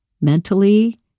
mentally